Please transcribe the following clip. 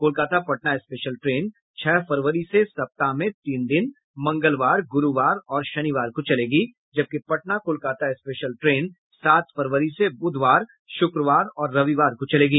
Kolkata Patna special train छह फरवरी से सप्ताह में तीन दिन मंगलवार गुरूवार और शनिवार को चलेगी जबकि पटना कोलकाता स्पेशल ट्रेन सात फरवरी से बुधवार शुक्रवार और रविवार को चलेगी